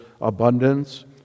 abundance